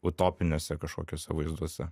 utopiniuose kažkokiuose vaizduose